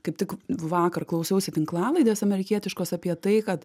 kaip tik vakar klausiausi tinklalaidės amerikietiškos apie tai kad